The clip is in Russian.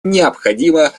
необходимо